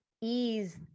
ease